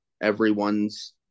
everyone's